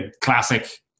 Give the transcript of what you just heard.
classic